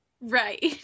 Right